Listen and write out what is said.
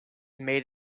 made